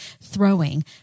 throwing